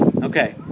Okay